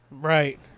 Right